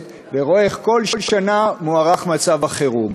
ורואה איך כל שנה מוארך מצב החירום.